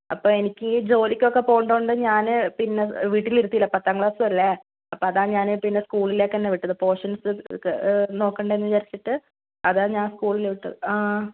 അപ്പോൾ എനിക്ക് ഈ ജോലിക്ക് ഒക്കെ പോകേണ്ടത് കൊണ്ട് ഞാൻ പിന്നെ വീട്ടിൽ ഇരുത്തിയില്ല പത്താം ക്ലാസ് അല്ലേ അപ്പോൾ അതാണ് ഞാൻ പിന്നെ സ്കൂളിലേക്ക് തന്നെ വിട്ടത് പോര്ഷന്സ് നോക്കണ്ടേ എന്ന് വിചാരിച്ചിട്ട് അതാണ് ഞാന് സ്കൂളിൽ വിട്ടത് ആ